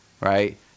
Right